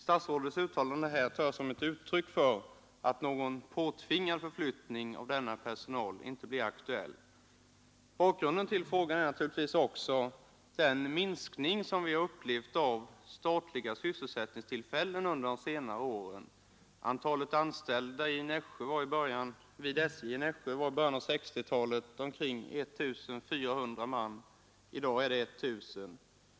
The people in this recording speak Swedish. Statsrådets uttalanden här tar jag som ett uttryck för att någon påtvingad förflyttning av denna personal inte blir aktuell. Bakgrunden till frågan är naturligtvis också den minskning av statliga sysselsättningstillfällen som vi upplevt under senare år. Antalet anställda vid SJ i Nässjö var i början av 1960-talet omkring 1 400 man. I dag är antalet 1 000.